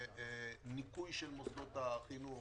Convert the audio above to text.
ניקוי של מוסדות החינוך,